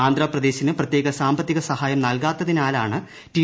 ആന്ധ്രപ്രദേശിന് പ്രത്യേക സാമ്പത്തിക സഹായം നൽകാത്തതിനാലാണ് ട്ടി